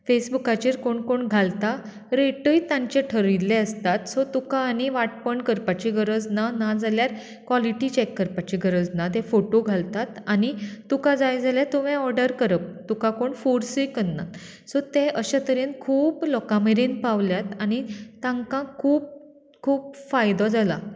फेसबुकाचेर कोण कोण घालता रेटूय तांची ठरियल्ली आसतात सो तुका आनी वांटपण करपाची गरज ना ना जाल्यार क्वॉलिटी चॅक करपाची गरज ना ते फोटो घालतात आनी तुका जाय जाल्यार तुवें ऑर्डर करप तुका कोण फोर्सूय करनात सो ते अशें तरेन खूब लोकां मेरेन पावल्यात आनी तांकां खूब खूब फायदो जाला